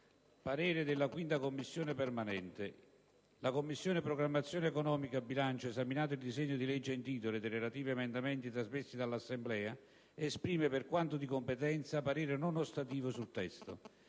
parere non ostativo». «La Commissione programmazione economica, bilancio, esaminato il disegno dì legge in titolo ed i relativi emendamenti trasmessi dall'Assemblea, esprime, per quanto di competenza, parere non ostativo sul testo.